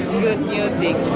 good music